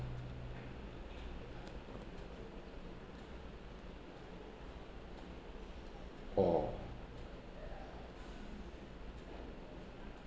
oh